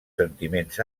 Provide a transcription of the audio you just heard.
sentiments